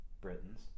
Britons